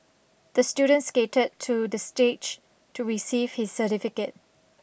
the student skated to the stage to receive his certificate